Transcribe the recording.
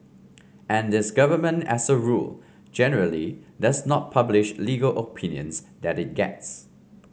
and this government as a rule generally does not publish legal opinions that it gets